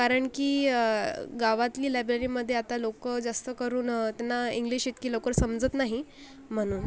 कारण की गावातली लायब्ररीमध्ये आता लोकं जास्त करून त्यांना इंग्लिश इतकी लवकर समजत नाही म्हणून